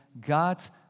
God's